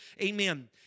amen